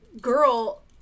girl